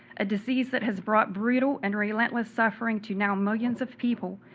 a disease that has brought brutal and relentless suffering to now millions of people,